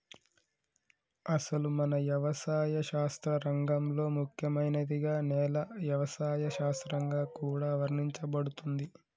అసలు మన యవసాయ శాస్త్ర రంగంలో ముఖ్యమైనదిగా నేల యవసాయ శాస్త్రంగా కూడా వర్ణించబడుతుంది